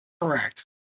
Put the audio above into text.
Correct